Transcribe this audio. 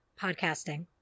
podcasting